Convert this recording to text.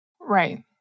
Right